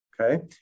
Okay